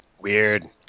Weird